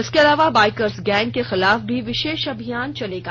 इसके अलावा bikers gang के खिलाफ भी विशेष अभियान चलाया जायेगा